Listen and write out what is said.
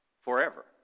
forever